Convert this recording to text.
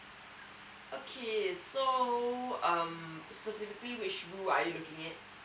okay so um specifically which rule are you looking at